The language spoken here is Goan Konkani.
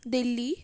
दिल्ली